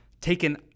taken